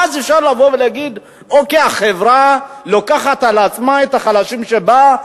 ואז אפשר לבוא ולהגיד: החברה לוקחת על עצמה את החלשים שבה,